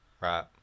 right